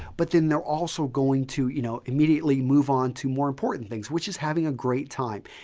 but then they're also going to you know immediately move on to more important things, which is having a great time.